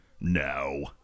No